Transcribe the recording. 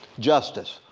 justice,